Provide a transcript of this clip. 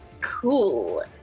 Cool